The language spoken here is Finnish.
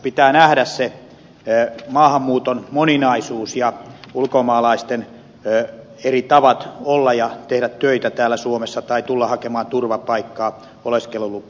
pitää nähdä se maahanmuuton moninaisuus ja ulkomaalaisten eri tavat olla ja tehdä töitä täällä suomessa tai tulla hakemaan turvapaikkaa oleskelulupaa